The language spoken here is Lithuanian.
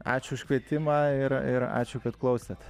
ačiū už kvietimą ir ir ačiū kad klausėt